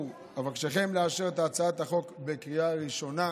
אבקשכם לאשר את הצעת החוק בקריאה ראשונה.